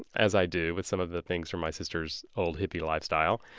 as i do with some of the things from my sister's old hippie lifestyle,